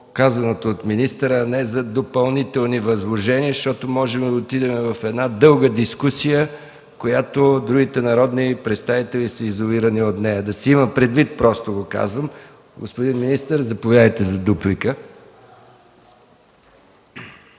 казаното от министъра, а не за допълнителни възложения, защото можем да отидем в дълга дискусия, в която другите народни представители са изолирани. Казвам го, за да се има предвид. Господин министър, заповядайте за дуплика.